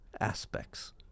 aspects